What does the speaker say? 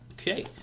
Okay